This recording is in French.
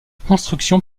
construction